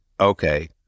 okay